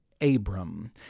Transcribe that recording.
Abram